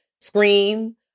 Scream